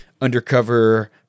undercover